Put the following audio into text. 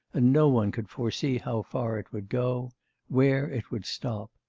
and no one could foresee how far it would go where it would stop.